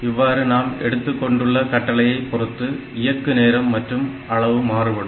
இவ்வாறு நாம் எடுத்துக் கொண்டுள்ள கட்டளையை பொறுத்து இயக்கு நேரம் மற்றும் அளவு மாறுபடும்